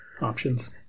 options